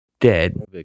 dead